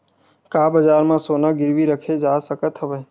का बजार म सोना गिरवी रखे जा सकत हवय?